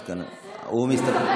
אז --- לא,